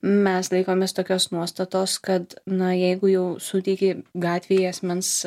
mes laikomės tokios nuostatos kad na jeigu jau suteiki gatvei asmens